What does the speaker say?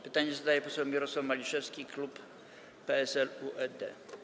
Pytanie zadaje poseł Mirosław Maliszewski, klub PSL - UED.